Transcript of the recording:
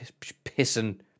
pissing